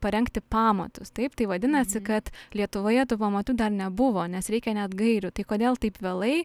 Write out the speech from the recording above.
parengti pamatus taip tai vadinasi kad lietuvoje tų pamatų dar nebuvo nes reikia net gairių tai kodėl taip vėlai